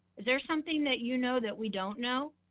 there something that you know that we don't know?